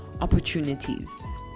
opportunities